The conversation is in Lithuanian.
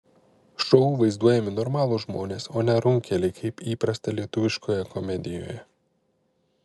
šou vaizduojami normalūs žmonės o ne runkeliai kaip įprasta lietuviškoje komedijoje